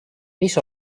mis